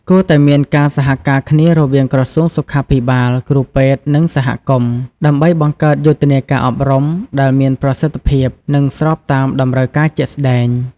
គួរតែមានការសហការគ្នារវាងក្រសួងសុខាភិបាល គ្រូពេទ្យ និងសហគមន៍ ដើម្បីបង្កើតយុទ្ធនាការអប់រំដែលមានប្រសិទ្ធភាពនិងស្របតាមតម្រូវការជាក់ស្តែង។